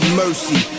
mercy